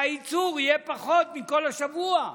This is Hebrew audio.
שהייצור יהיה פחות מכל השבוע,